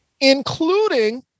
including